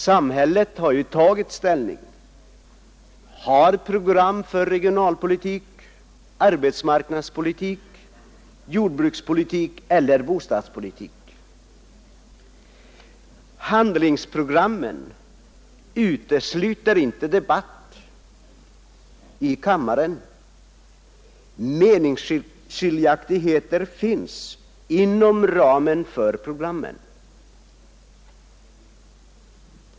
Samhället har ju tagit ställning, har program för regionalpolitik, arbetsmarknadspolitik, jordbrukspolitik och bostadspolitik. Handlingsprogrammen utesluter inte debatt i kammaren; meningsskiljaktigheter finns inom ramen för programmen.